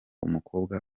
umukobwa